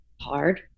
hard